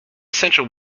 central